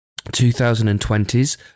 2020s